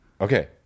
okay